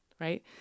right